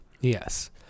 Yes